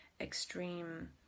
extreme